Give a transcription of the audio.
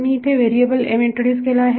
मी इथे variable introduce केला आहे